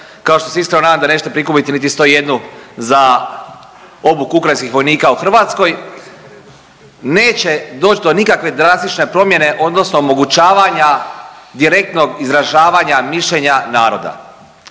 kao što se iskreno nadam da nećete prikupiti niti 101 za obuku ukrajinskih vojnika u Hrvatskoj, neće doć do nikakve drastične promjene odnosno omogućavanja direktnog izražavanja mišljenja naroda.